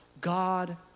God